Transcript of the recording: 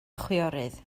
chwiorydd